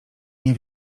nie